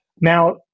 Now